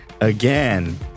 again